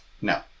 No